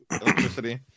electricity